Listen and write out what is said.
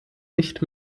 nicht